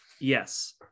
Yes